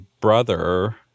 brother